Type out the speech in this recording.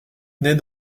naît